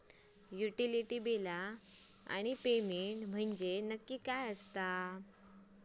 Utility बिला आणि payment म्हंजे नक्की काय आसा?